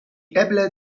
eble